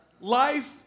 Life